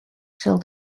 sil